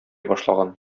башлаган